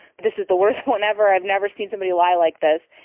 this is the worst one ever, i've never seen somebody lie like this.